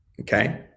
Okay